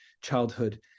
childhood